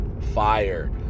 fire